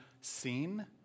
seen